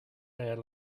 there